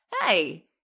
Hey